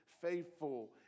faithful